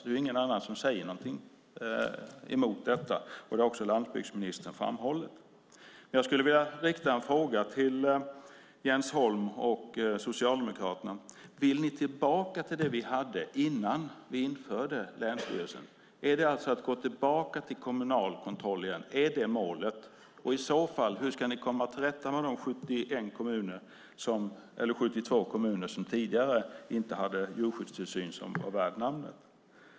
Det är ingen som säger något emot det, och detta har också landsbygdsministern framhållit. Jag skulle vilja rikta en fråga till Jens Holm och till Socialdemokraterna: Vill ni tillbaka till det vi hade innan vi införde länsstyrelserna? Är det alltså att gå tillbaka till kommunal kontroll igen som är målet? Hur ska ni i så fall komma till rätta med de 72 kommuner som tidigare inte hade djurskyddstillsyn som var värd namnet?